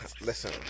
Listen